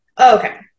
Okay